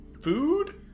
food